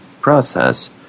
process